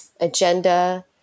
agenda